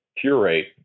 curate